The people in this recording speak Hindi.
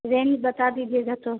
रेंज बता दीजिएगा तो